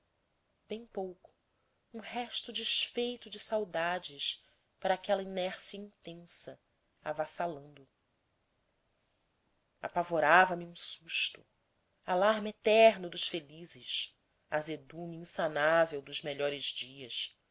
bem pouco um resto desfeito de saudades para aquela inércia intensa avassalando apavorava me apenas um susto alarma eterno dos felizes azedume insanável dos melhores dias